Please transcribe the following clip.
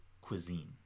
cuisine